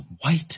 white